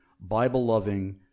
Bible-loving